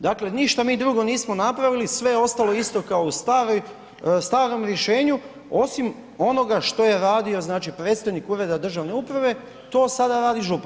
Dakle, ništa mi drugo nismo napravili sve je ostalo isto kao u staroj, starom rješenju osim onoga što je radio znači predstojnik ureda državne uprave, to sada radi župan.